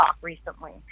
recently